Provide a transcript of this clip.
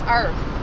earth